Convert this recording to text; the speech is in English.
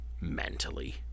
mentally